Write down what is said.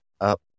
up